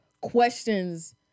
questions